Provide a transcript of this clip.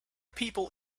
people